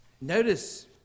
Notice